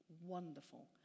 wonderful